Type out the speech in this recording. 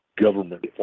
government